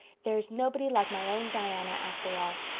there's nobody like my own diana after all.